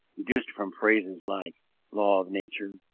deduced from phrases like law of nature,